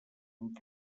amb